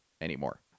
anymore